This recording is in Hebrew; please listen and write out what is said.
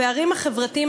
בפערים החברתיים?